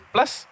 Plus